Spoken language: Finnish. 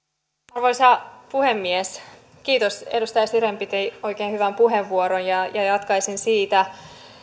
arvoisa puhemies kiitos edustaja siren piti oikein hyvän puheenvuoron ja jatkaisin siitä